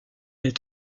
est